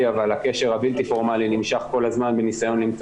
אבל הקשר הבלתי פורמלי נמשך כל הזמן בניסיון למצוא